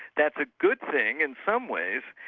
that's a good thing in some ways,